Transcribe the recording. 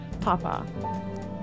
Papa